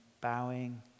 bowing